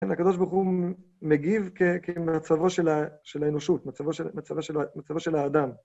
הקב״ה מגיב כמצבו של האנושות, מצבו של האדם.